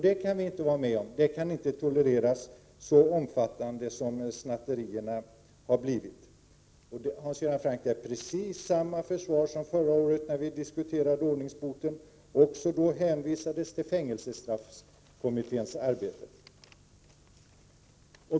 Det kan vi inte vara med om. Detta kan inte tolereras, så omfattande som snatterierna har blivit. Hans Göran Franck har precis samma försvar nu som förra året när vi diskuterade förslaget om ordningsbot. Också då hänvisades till fängelsestraffkommitténs arbete.